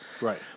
Right